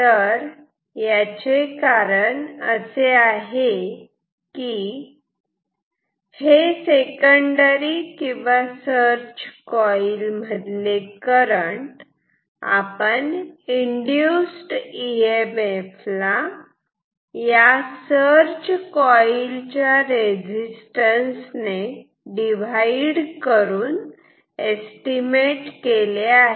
तर याचे कारण असे आहे की हे सेकंडरी किंवा सर्च कॉइल मधले करंट आपण इंड्युस इ एम एफ ला या सर्च कॉइल च्या रेजिस्टन्स ने डिव्हाइड करून एस्टिमेट केले आहे